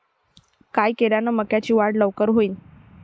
काय केल्यान मक्याची वाढ लवकर होईन?